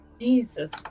Jesus